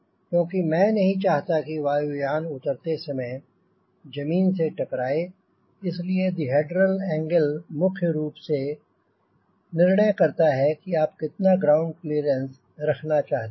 क्योंकि मैं नहीं चाहता वायुयान उतरते समय जमीन से टकराए इसलिए दिहेड्रल एंगल मुख्य रूप से निर्णय करता है कि आप कितना ग्राउंड क्लीयरेंस रखना चाहते हैं